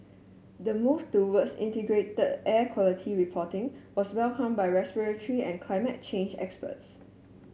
the move towards integrated air quality reporting was welcomed by respiratory and climate change experts